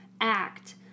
act